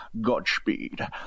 Godspeed